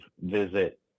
visit